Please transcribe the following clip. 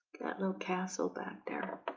got no castle back there. oh,